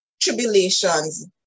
tribulations